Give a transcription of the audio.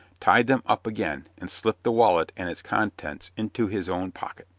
tied them up again, and slipped the wallet and its contents into his own pocket.